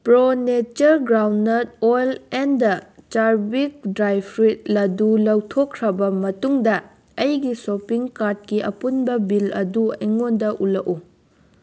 pro nature groundnut oil and ꯆꯥꯔꯚꯤꯛ dry fruit ꯂꯗꯨ ꯂꯧꯊꯣꯛꯈ꯭ꯔꯕ ꯃꯇꯨꯡꯗ ꯑꯩꯒꯤ ꯁꯣꯄꯤꯡ ꯀꯥꯔꯠꯀꯤ ꯑꯄꯨꯟꯕ ꯕꯤꯜ ꯑꯗꯨ ꯑꯩꯉꯣꯟꯗ ꯎꯠꯂꯛꯎ